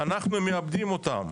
אנחנו מאבדים אותם.